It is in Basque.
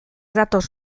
datoz